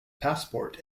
passport